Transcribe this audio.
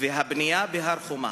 והבנייה בהר-חומה,